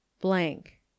blank